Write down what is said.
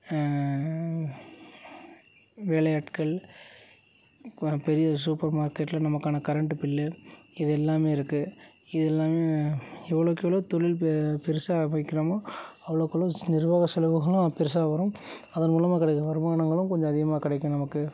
வேலையாட்கள் இப்போப் பெரிய சூப்பர் மார்க்கெட்டில் நமக்கான கரண்ட்டு பில்லு இது எல்லாமே இருக்குது இது எல்லாமே எவ்வளோக்கெவ்ளோ தொழில் பெ பெரிசா வைக்கிறோமோ அவ்வளோக்கவ்ள நிர்வாக செலவுகளும் பெரிசா வரும் அதன் மூலமாக கிடைக்கற வருமானங்களும் கொஞ்சம் அதிகமாக கிடைக்கும் நமக்கு